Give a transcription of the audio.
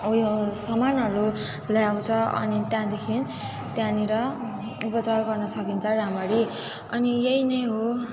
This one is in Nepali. उयो सामानहरू ल्याउँछ अनि त्यहाँदेखि त्यहाँनिर उपचार गर्न सकिन्छ राम्ररी अनि यही नै हो